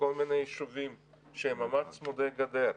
כל מיני יישובים שהם ממש צמודי גדר.